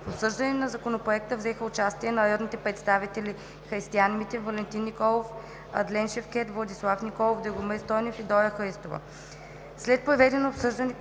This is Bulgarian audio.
В обсъждането на Законопроекта взеха участие народните представители Християн Митев, Валентин Николов, Адлен Шевкед, Владислав Николов, Драгомир Стойнев и Дора Христова.